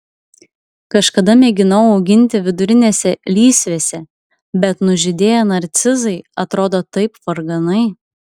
kažkada mėginau auginti vidurinėse lysvėse bet nužydėję narcizai atrodo taip varganai